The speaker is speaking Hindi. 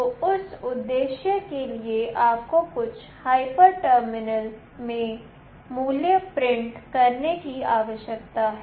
तो उस उद्देश्य के लिए आपको कुछ hyper terminal में मूल्य प्रिंट करने की आवश्यकता है